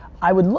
i would look,